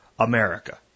America